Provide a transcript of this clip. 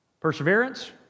perseverance